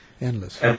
Endless